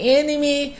enemy